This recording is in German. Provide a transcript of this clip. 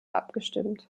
abgestimmt